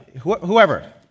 whoever